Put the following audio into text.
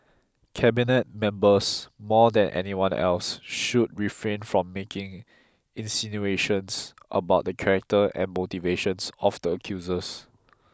Cabinet members more than anyone else should refrain from making insinuations about the character and motivations of the accusers